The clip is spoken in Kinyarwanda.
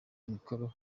imikoro